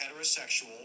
heterosexual